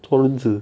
拖轮子